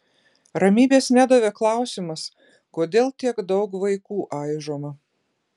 ramybės nedavė klausimas kodėl tiek daug vaikų aižoma